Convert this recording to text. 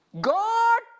God